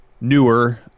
newer